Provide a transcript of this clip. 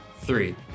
Three